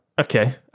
Okay